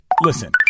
listen